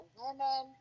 women